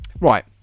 Right